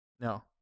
No